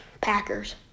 Packers